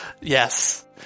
yes